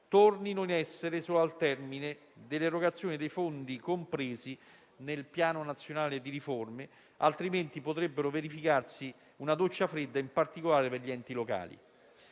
tornino in essere solo al termine dell'erogazione dei fondi compresi nel Piano nazionale di riforme; altrimenti potrebbe verificarsi una doccia fredda, in particolare per gli enti locali.